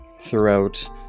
throughout